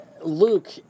Luke